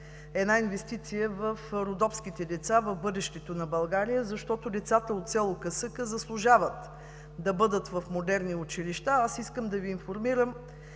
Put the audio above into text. е една инвестиция в родопските деца, в бъдещето на България, защото децата от село Касъка заслужват да бъдат в модерни училища. Искам да Ви информирам,